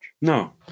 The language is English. No